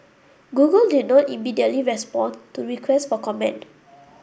Google did not immediately respond to requests for comment